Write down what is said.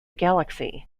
galaxy